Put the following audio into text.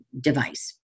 device